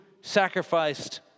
sacrificed